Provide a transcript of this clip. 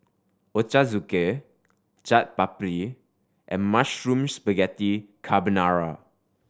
Ochazuke Chaat Papri and Mushroom Spaghetti Carbonara